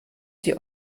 sie